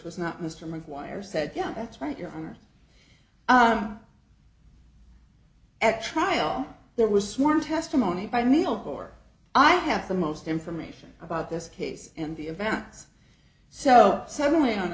was not mr mcguire said yeah that's right your honor at trial there was sworn testimony by me of four i have the most information about this case and the events so suddenly on